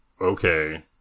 okay